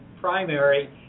primary